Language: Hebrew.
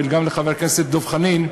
וגם לחבר הכנסת דב חנין,